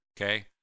okay